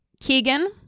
Keegan